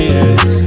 yes